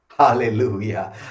Hallelujah